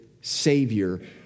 savior